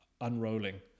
unrolling